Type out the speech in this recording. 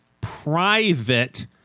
private